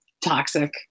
toxic